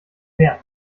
mehr